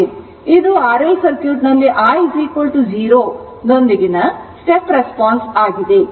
ಆದ್ದರಿಂದ ಇದು R L circuit ನಲ್ಲಿ i0 0 ರೊಂದಿಗಿನ step response ಆಗಿದೆ